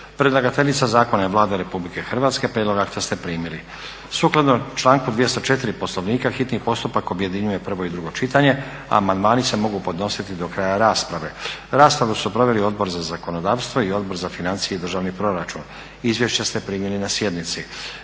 Predlagateljica zakona je Vlada RH. Prijedlog akta ste primili. Sukladno članku 204. Poslovnika hitni postupak objedinjuje prvo i drugo čitanje, a amandmani se mogu podnositi do kraja rasprave. Raspravu su proveli Odbor za zakonodavstvo i Odbor za financije i državni proračun. Izvješća ste primili na sjednici.